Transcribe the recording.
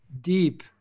deep